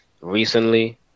recently